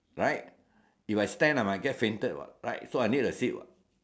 right if I stand I might get fainted what right so I need to sit what